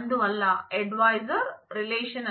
అందువల్ల ఎడ్వైజర్ కు